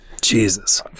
Jesus